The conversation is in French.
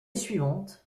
suivante